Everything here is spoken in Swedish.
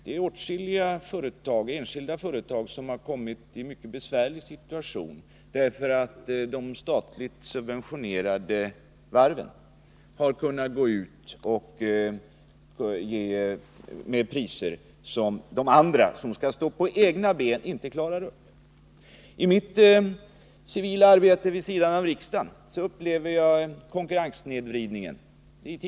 Det är åtskilliga enskilda företag som har kommit i en mycket besvärlig situation därför att de statligt subventionerade varven har kunnat gå ut med priser som de andra företagen, som skall stå på egna ben, inte klarar upp att konkurrera med. I mitt civila arbete vid sidan om riksdagen — i tidningsbranschen — upplever jag konkurrenssnedvridningen.